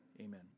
Amen